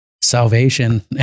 salvation